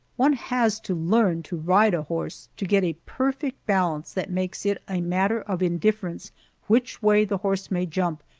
one has to learn to ride a horse to get a perfect balance that makes it a matter of indifference which-way the horse may jump,